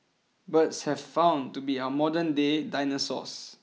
birds have been found to be our modernday dinosaurs